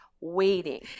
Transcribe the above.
waiting